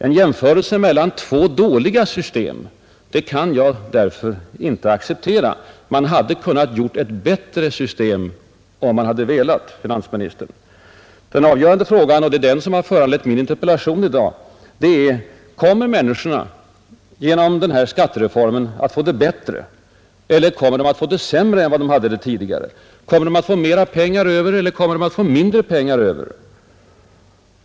En jämförelse mellan två dåliga system kan jag därför inte acceptera. Man hade kunnat åstadkomma en bättre konstruktion om man hade haft viljan, herr finansminister. Den avgörande frågan är — och det är den som har föranlett min interpellation i dag — om människorna genom den s.k. skattereformen kommer att få det bättre eller sämre än tidigare? Kommer de att få mera pengar över eller får de mindre pengar över?